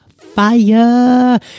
fire